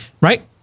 Right